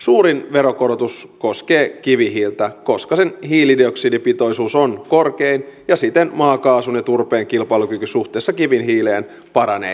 suurin veronkorotus koskee kivihiiltä koska sen hiilidioksidipitoisuus on korkein ja siten maakaasun ja turpeen kilpailukyky suhteessa kivihiileen paranee hieman